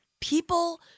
people